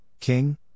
King